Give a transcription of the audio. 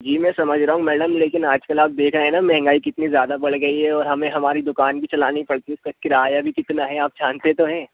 जी मैं समझ रहा हूँ मैडम लेकिन आज कल आप देख रहे हैं ना महंगाई कितनी ज़्यादा बढ़ गई है और हमें हमारी दुकान भी चलानी पड़ती उसका किराया भी कितना है आप जानते तो हैं